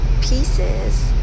pieces